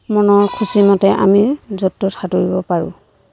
মনৰ খুচী মতে আমি য'ত ত'ত সাঁতুৰিব পাৰোঁ